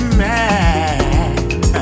mad